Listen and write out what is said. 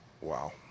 Wow